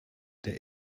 der